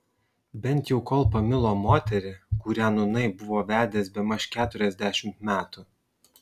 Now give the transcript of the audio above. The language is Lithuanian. bent jau kol pamilo moterį kurią nūnai buvo vedęs bemaž keturiasdešimt metų